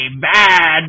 bad